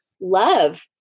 love